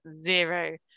zero